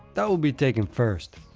that will be taken first.